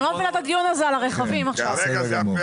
אנחנו עוד מעט מסיימים אותו.